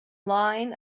line